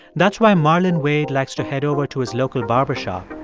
that's why marlon wade likes to head over to his local barbershop,